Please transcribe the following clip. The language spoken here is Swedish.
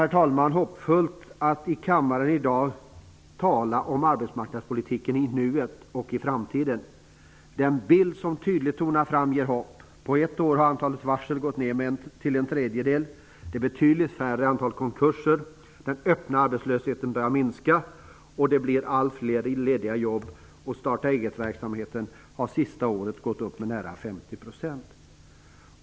Det är ändå hoppfullt att man i kammaren i dag talar om arbetsmarknadspolitiken i nuet och inför framtiden. Den bild som tydligt tonar fram ger hopp. På ett år har antalet varsel gått ner till en tredjedel. Det är betydligt färre antal konkurser. Den öppna arbetslösheten börjar minska. Det blir allt fler lediga jobb, och startaeget-verksamheten har under det senaste året ökat med 50 %.